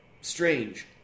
strange